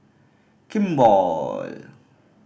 kimball